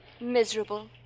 Miserable